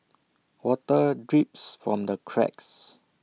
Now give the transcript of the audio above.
water drips from the cracks